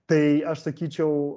tai aš sakyčiau